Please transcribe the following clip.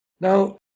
Now